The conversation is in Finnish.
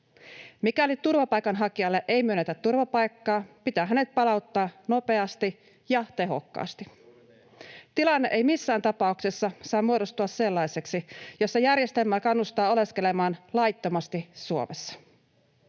Mikäli turvapaikanhakijalle ei myönnetä turvapaikkaa, pitää hänet palauttaa nopeasti ja tehokkaasti. [Petri Huru: Juuri niin!] Tilanne ei missään tapauksessa saa muodostua sellaiseksi, jossa järjestelmä kannustaa oleskelemaan laittomasti Suomessa.